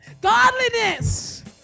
Godliness